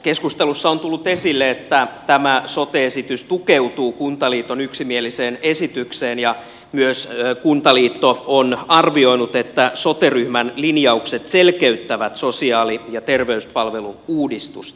keskustelussa on tullut esille että tämä sote esitys tukeutuu kuntaliiton yksimieliseen esitykseen ja myös kuntaliitto on arvioinut että sote ryhmän lin jaukset selkeyttävät sosiaali ja terveyspalvelu uudistusta